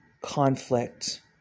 conflict